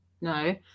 No